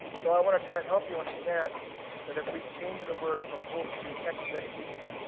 so i wanna try and help you understand that if we change the word from hope to expectation,